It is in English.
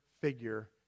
figure